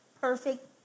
perfect